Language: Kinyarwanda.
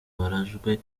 barajwe